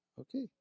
Okay